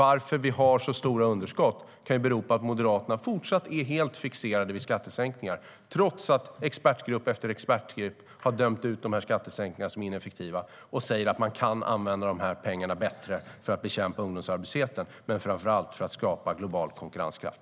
Att vi har så stora underskott kan bero på att Moderaterna fortsatt är helt fixerade vid skattesänkningar, trots att expertgrupp efter expertgrupp har dömt ut dessa skattesänkningar som ineffektiva och säger att man kan använda dessa pengar bättre för att bekämpa ungdomsarbetslösheten men framför allt för att skapa global konkurrenskraft.